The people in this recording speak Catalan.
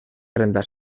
trenta